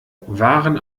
waren